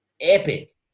epic